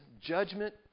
judgment